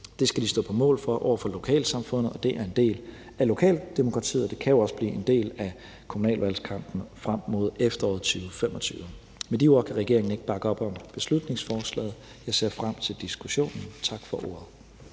Det skal de stå på mål for over for lokalsamfundet, og det er en del af lokaldemokratiet, og det kan jo også blive en del af kommunalvalgkampen frem mod efteråret 2025. Med de ord kan regeringen ikke bakke op om beslutningsforslaget. Jeg ser frem til diskussionen. Tak for ordet.